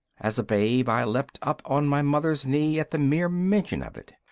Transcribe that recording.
as a babe i leapt up on my mother's knee at the mere mention of it.